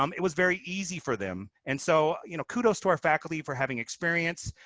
um it was very easy for them. and so you know kudos to our faculty for having experience.